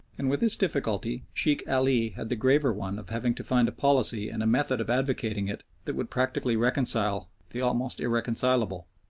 and with this difficulty sheikh ali had the graver one of having to find a policy and a method of advocating it that would practically reconcile the almost irreconcilable.